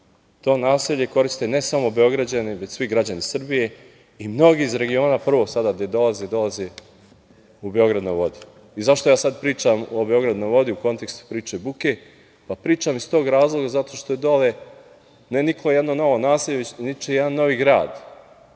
To naselje ne koriste samo Beograđani, već svi građani Srbije i mnogi iz regiona prvo dolaze u „Beograd na vodi“.Zašto sada pričam o „Beogradu na vodi“, a u kontekstu priče o buci? Pričam iz tog razloga zato što je dole niklo jedno novo naselje, već niče jedan novi grad